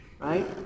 right